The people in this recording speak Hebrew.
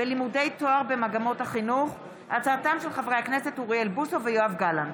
בעקבות דיון מהיר בהצעתם של חברי הכנסת אוריאל בוסו ויואב גלנט